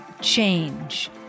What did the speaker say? change